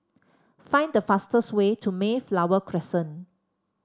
find the fastest way to Mayflower Crescent